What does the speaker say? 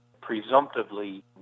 Presumptively